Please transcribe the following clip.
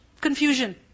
confusion